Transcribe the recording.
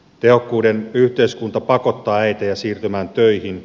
tehokkuuden yhteiskunta pakottaa äitejä siirtymään töihin